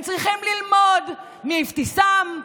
הם צריכים ללמוד מאבתיסאם,